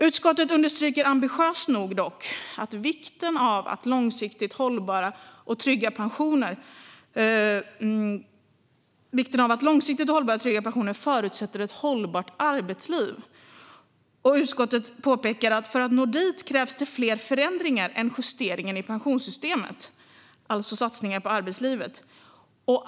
Utskottet understryker dock ambitiöst nog "vikten av att långsiktigt hållbara och trygga pensioner förutsätter ett hållbart arbetsliv. För att nå dit krävs det fler förändringar än justeringar i pensionssystemet" - alltså satsningar på arbetslivet.